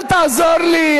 אל תעזור לי.